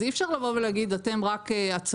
אז אי אפשר לבוא ולהגיד "אתם רק הצבים,